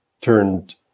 turned